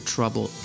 Trouble